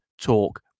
Talk